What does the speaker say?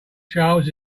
charles